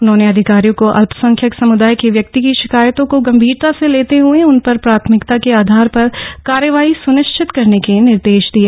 उन्होंने अधिकारियों को अल्पसंख्यक समुदाय के व्यक्ति की शिकायतों को गंभीरता से लेते हए उन पर प्राथमिकता के आधार पर कार्यवाही सुनिश्चित करने के निर्देश दिए